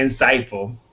insightful